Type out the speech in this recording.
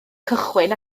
cychwyn